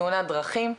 תאונת דרכים,